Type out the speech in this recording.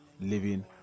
living